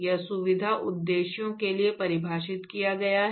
यह सुविधा उद्देश्यों के लिए परिभाषित किया गया है